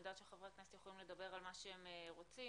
אני יודעת שחברי הכנסת יכולים לדבר על מה שהם רוצים